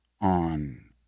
on